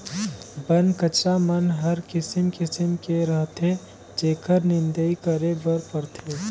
बन कचरा मन हर किसिम किसिम के रहथे जेखर निंदई करे बर परथे